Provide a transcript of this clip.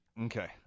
Okay